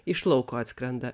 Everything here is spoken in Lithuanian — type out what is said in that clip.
iš lauko atskrenda